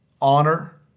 Honor